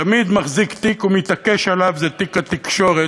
תמיד מחזיק תיק, ומתעקש עליו, זה תיק התקשורת,